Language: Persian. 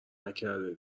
نکرده